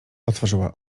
otworzyła